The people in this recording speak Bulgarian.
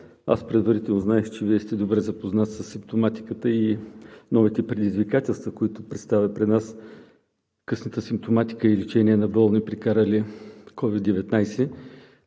Предварително знаех, че Вие сте добре запознат със симптоматиката и новите предизвикателства, които представят пред нас късната симптоматика и лечение на болни, прекарали COVID-19.